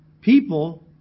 People